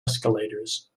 escalators